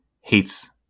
hates